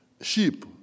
Sheep